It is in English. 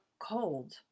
cold